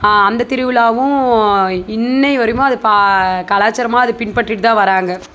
அந்த திருவிழாவும் இன்னை வரையுமா அத பா கலாச்சாரமா அதை பின்பற்றிட்டு தான் வராங்க